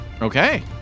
Okay